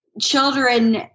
children